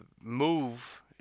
move